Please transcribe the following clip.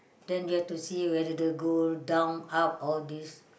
then you have to see whether to go down up all these